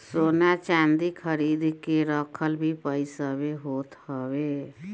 सोना चांदी खरीद के रखल भी पईसवे होत हवे